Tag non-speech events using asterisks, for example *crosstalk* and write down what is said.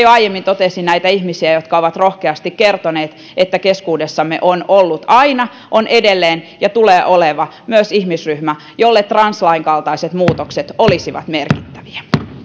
*unintelligible* jo aiemmin totesin näitä ihmisiä jotka ovat rohkeasti kertoneet että keskuudessamme on ollut aina on edelleen ja tulee olemaan myös ihmisryhmä jolle translain kaltaiset muutokset olisivat merkittäviä